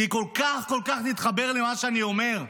כי היא כל כך כל כך תתחבר למה שאני אומר,